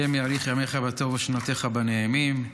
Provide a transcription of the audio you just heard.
השם יאריך ימיך בטוב ושנותיך בנעימים.